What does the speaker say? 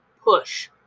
push